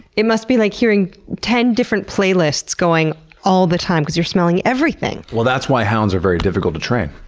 it must be like hearing ten different playlists going all the time because you're smelling everything! well that's why hounds are very difficult to train.